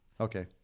Okay